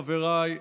חבריי,